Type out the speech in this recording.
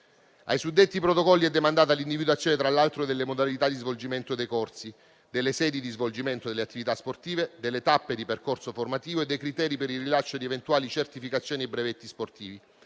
Ai suddetti protocolli è demandata l'individuazione, tra l'altro, delle modalità di svolgimento dei corsi, delle sedi di svolgimento delle attività sportive, delle tappe di percorso formativo e dei criteri per il rilascio di eventuali certificazioni e brevetti sportivi,